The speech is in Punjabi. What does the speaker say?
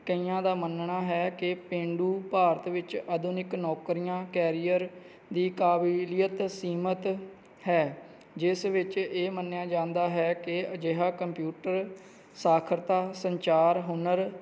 ਕਈਆਂ ਦਾ ਮੰਨਣਾ ਹੈ ਕਿ ਪੇਂਡੂ ਭਾਰਤ ਵਿੱਚ ਆਧੁਨਿਕ ਨੌਕਰੀਆਂ ਕੈਰੀਅਰ ਦੀ ਕਾਬੀਲੀਅਤ ਸੀਮਿਤ ਹੈ ਜਿਸ ਵਿੱਚ ਇਹ ਮੰਨਿਆ ਜਾਂਦਾ ਹੈ ਕਿ ਅਜਿਹਾ ਕੰਪਿਊਟਰ ਸਾਖਰਤਾ ਸੰਚਾਰ ਹੁਨਰ